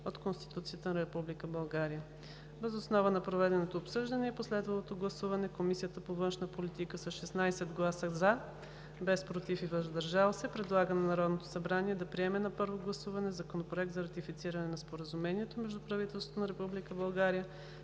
от Конституцията на Република България. Въз основа на проведеното обсъждане и последвалото гласуване Комисията по външна политика с 16 гласа „за“, без „против“ и „въздържал се“ предлага на Народното събрание да приеме на първо гласуване Законопроект за ратифициране на Споразумението между правителството на